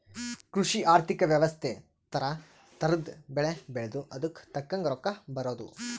ಕೃಷಿ ಆರ್ಥಿಕ ವ್ಯವಸ್ತೆ ತರ ತರದ್ ಬೆಳೆ ಬೆಳ್ದು ಅದುಕ್ ತಕ್ಕಂಗ್ ರೊಕ್ಕ ಬರೋದು